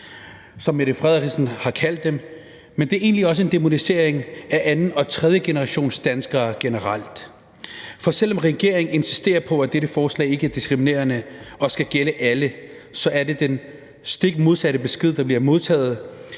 som statsministeren har kaldt dem. Men det er egentlig også en dæmonisering af anden- og tredjegenerationsdanskere generelt. For selv om regeringen insisterer på, at dette forslag ikke er diskriminerende og skal gælde alle, så er det den stik modsatte besked, der bliver modtaget,